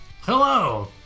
Hello